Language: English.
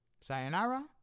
Sayonara